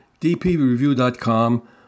dpreview.com